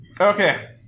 Okay